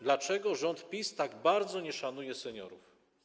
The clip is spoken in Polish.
Dlaczego rząd PiS tak bardzo nie szanuje seniorów?